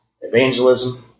evangelism